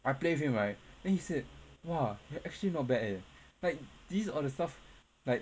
I play with him right then he said !wah! actually not bad eh like these are the stuff like